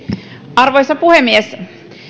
arvoisa puhemies